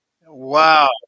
Wow